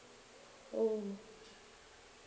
oh